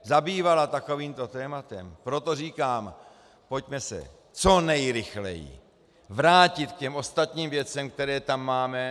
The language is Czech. zabývala takovýmto tématem, proto říkám, pojďme se co nejrychleji vrátit k těm ostatním věcem, které tam máme.